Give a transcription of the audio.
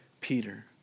Peter